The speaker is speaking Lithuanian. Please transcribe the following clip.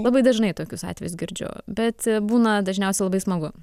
labai dažnai tokius atvejus girdžiu bet būna dažniausiai labai smagu